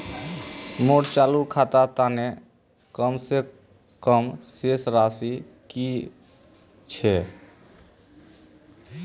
मोर चालू खातार तने कम से कम शेष राशि कि छे?